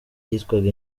yitwaga